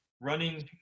running